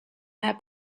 their